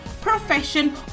profession